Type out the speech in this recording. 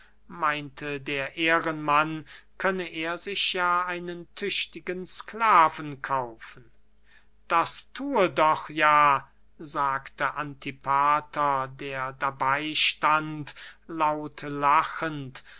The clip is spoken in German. meinte der ehrenmann könne er sich ja einen tüchtigen sklaven kaufen das thue doch ja sagte antipater der dabey stand